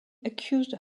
accused